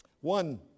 One